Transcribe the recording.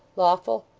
lawful,